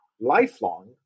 lifelong